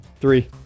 three